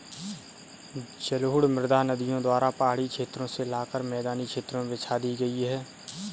जलोढ़ मृदा नदियों द्वारा पहाड़ी क्षेत्रो से लाकर मैदानी क्षेत्र में बिछा दी गयी है